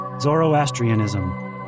Zoroastrianism